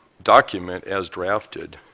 document as drafted,